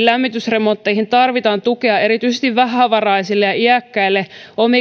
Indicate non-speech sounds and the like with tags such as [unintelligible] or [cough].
[unintelligible] lämmitysremontteihin tarvitaan tukea erityisesti vähävaraisille ja iäkkäille